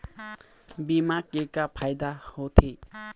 बीमा के का फायदा होते?